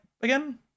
again